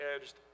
edged